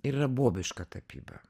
ir yra bobiška tapyba